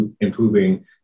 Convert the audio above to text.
improving